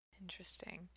Interesting